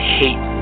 hate